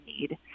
need